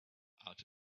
out